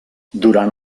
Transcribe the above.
durant